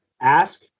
Ask